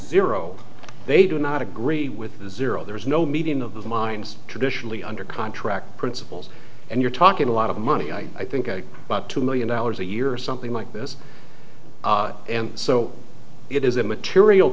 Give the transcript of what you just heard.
zero they do not agree with zero there is no medium of the mines traditionally under contract principles and you're talking a lot of money i think about two million dollars a year or something like this and so it is in material